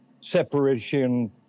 separation